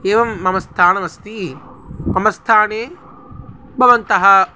एवं मम स्थानमस्ति मम स्थाने भवन्तः